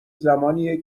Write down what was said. زمانیه